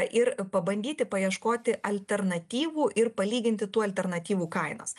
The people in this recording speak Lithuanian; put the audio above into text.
ir pabandyti paieškoti alternatyvų ir palyginti tų alternatyvų kainas